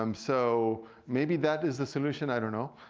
um so maybe that is the solution, i don't know.